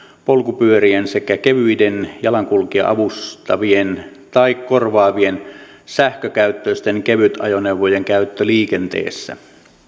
polkupyörien sekä kevyiden jalankulkijaa avustavien tai korvaavien sähkökäyttöisten kevytajoneuvojen käyttö liikenteessä